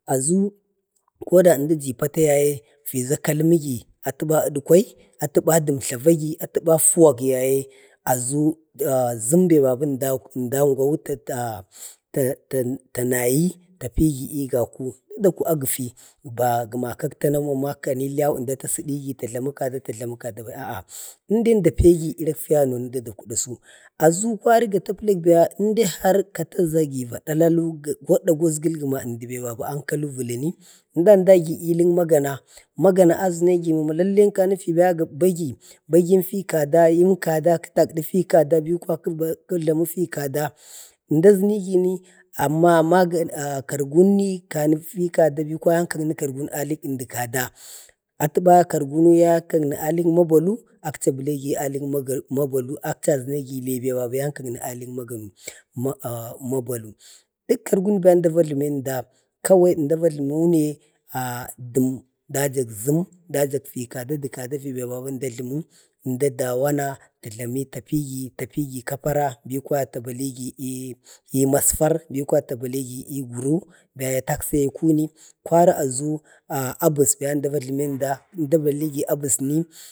aʒu kod əmdi ji pata yaye fiʒa kalmi gi, atəba duwhai, atəba dəm tlavəgi, atəman fuwak, yaye aʒu ʒəm be babu əmda angwau ta ta tanayi, ta pigi i gaku, tətaku a gafi ba gəna kak tanau mam i ilau ta sədigi, ka jlamu kada, ka jlamu kada bai, in dai əmda pegi irik fiyano tətau dasu. aʒu kwari idai har kataʒa gi va dalallhu godeindai ilən magana. magana əʒənegi mama ənkani lallene fi bagi, bagin fi kada, kə tagdi fi kada, kə jlama ki kada. ʒmda ʒənigini mama kargunni fi kada bi kwaya ayi ka gəni kargum ali əmdə kada. atəba kargunu yayi kagəni alək mabalu, akchi əbaligi alək mamabalu, akchi aʒənegi li babu yan ka gəni alən, magal dək əmdi bumdi əmda va jləmu, kawai əmda va jlumu ne dəm dajan ʒəm də kada də kada fi babu əmda va jlamu, əmda dawona talane tapigi tapigi kapara, bi kwaya ta barigi i masfar bi kwaya ta barigi i guru, ya taksa i akuni, kwari aʒu abəs kwari əmda va jləmi əmda. ʒmda baligi abəsni,